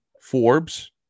Forbes